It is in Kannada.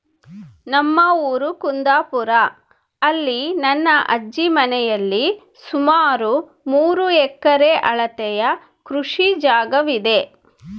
ನಮ್ಮ ಊರು ಕುಂದಾಪುರ, ಅಲ್ಲಿ ನನ್ನ ಅಜ್ಜಿ ಮನೆಯಲ್ಲಿ ಸುಮಾರು ಮೂರು ಎಕರೆ ಅಳತೆಯ ಕೃಷಿ ಜಾಗವಿದೆ